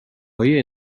های